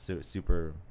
super